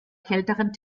kälteren